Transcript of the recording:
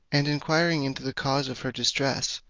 and inquiring into the cause of her distress,